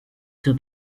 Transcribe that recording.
zur